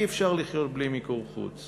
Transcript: אי-אפשר לחיות בלי מיקור חוץ